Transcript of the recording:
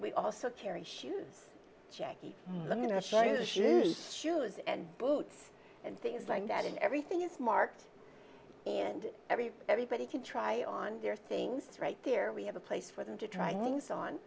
we also carry shoes jackie shoes and boots and things like that and everything is marked and every everybody can try on their things right there we have a place for them to try new things on